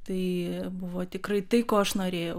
tai buvo tikrai tai ko aš norėjau